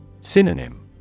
Synonym